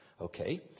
Okay